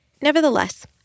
Nevertheless